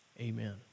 Amen